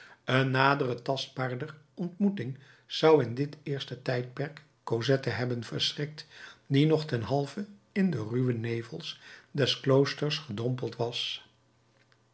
een nadere tastbaarder ontmoeting zou in dit eerste tijdperk cosette hebben verschrikt die nog ten halve in de ruwe nevels des kloosters gedompeld was